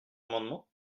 amendement